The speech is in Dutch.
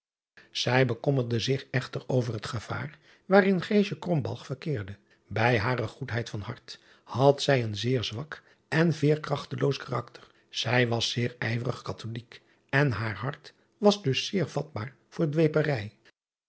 ij bekommerde zich echter over het gevaar waarin verkeerde ij hare goedheid van hart had zij een zeer zwak en veerkrachteloos karakter zij was zeer ijverig katholijk en haar hart was dus zeer vatbaar voor